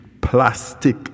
plastic